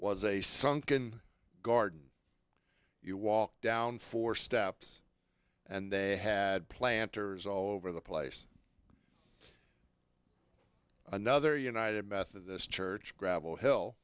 was a sunken garden you walked down four steps and they had planters all over the place another united methodist church gravel hill